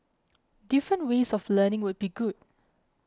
different ways of learning would be good